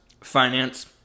finance